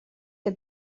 que